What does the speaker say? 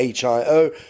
HIO